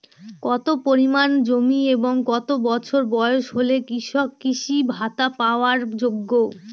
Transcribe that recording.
কত পরিমাণ জমি এবং কত বছর বয়স হলে কৃষক কৃষি ভাতা পাওয়ার যোগ্য?